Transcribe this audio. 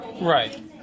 Right